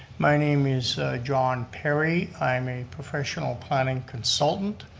my name is john perry, i'm a professional planning consultant.